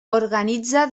organitza